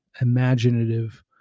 imaginative